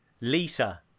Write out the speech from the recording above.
Lisa